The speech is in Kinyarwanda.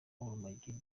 urumogi